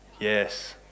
Yes